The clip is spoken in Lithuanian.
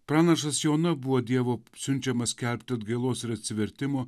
pranašas joana buvo dievo siunčiamas skelbti atgailos ir atsivertimo